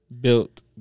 built